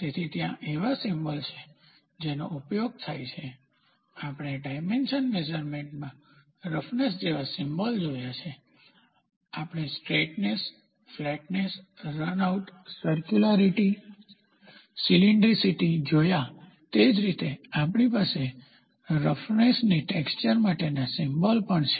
તેથી ત્યાં એવા સિમ્બોલ છે જેનો ઉપયોગ થાય છે આપણે ડાયમેન્શન મેઝરમેન્ટમાં રફનેસ જેવા સિમ્બોલ જોયા છે આપણે straightness flatness runout circularity cylindricity જોયા તે જ રીતે આપણી પાસે સરફેસની ટેક્સચર માટેના સિમ્બોલ પણ છે